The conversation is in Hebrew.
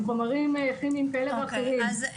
עם חומרים כימיים כאלה ואחרים,